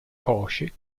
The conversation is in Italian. cosce